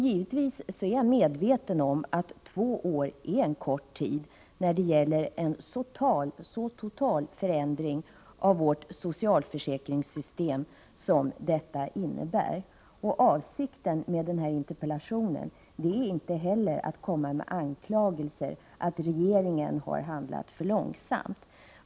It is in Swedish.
Givetvis är jag medveten om att två år är en kort tid när det gäller en så total förändring av vårt socialförsäkringssystem som detta innebär. Avsikten med denna interpellation är inte heller att komma med anklagelser för att regeringen har handlat för långsamt.